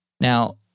Now